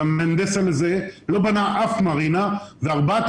והמהנדס הזה לא בנה אף מרינה וארבעת